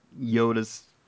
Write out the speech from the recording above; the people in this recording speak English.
Yoda's